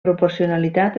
proporcionalitat